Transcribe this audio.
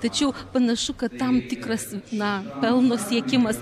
tačiau panašu kad tam tikras na pelno siekimas